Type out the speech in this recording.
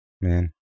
Man